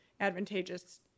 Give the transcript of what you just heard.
advantageous